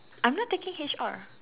I'm not taking H_R